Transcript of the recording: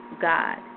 God